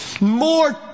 more